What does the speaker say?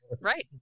right